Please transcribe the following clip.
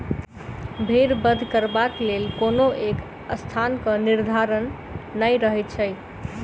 भेंड़ बध करबाक लेल कोनो एक स्थानक निर्धारण नै रहैत छै